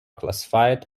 classified